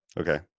Okay